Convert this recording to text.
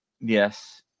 yes